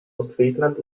ostfriesland